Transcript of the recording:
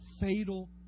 fatal